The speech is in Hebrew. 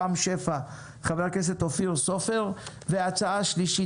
חה"כ רם שפע וחה"כ אופיר סופר; והצעה שלישית,